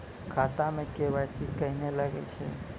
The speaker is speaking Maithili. खाता मे के.वाई.सी कहिने लगय छै?